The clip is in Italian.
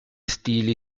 stili